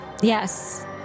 Yes